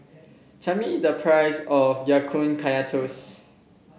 tell me the price of Ya Kun Kaya Toast